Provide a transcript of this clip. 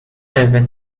ewy